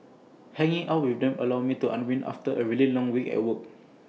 hanging out with them allows me to unwind after A really long week at work